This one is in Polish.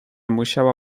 musiała